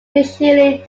initially